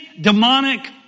demonic